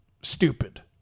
stupid